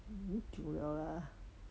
很久了 lah